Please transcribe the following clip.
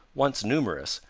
once numerous,